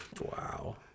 Wow